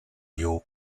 you